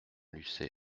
lucé